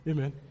Amen